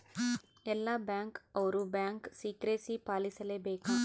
ಎಲ್ಲ ಬ್ಯಾಂಕ್ ಅವ್ರು bank secrecy ಪಾಲಿಸಲೇ ಬೇಕ